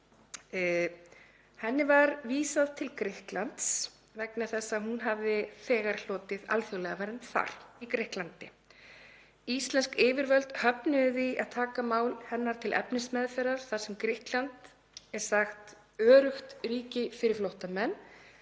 Henni var vísað til Grikklands vegna þess að hún hafði þegar hlotið alþjóðlega vernd þar. Íslensk yfirvöld höfnuðu því að taka mál hennar til efnismeðferðar þar sem Grikkland er sagt öruggt ríki fyrir flóttamenn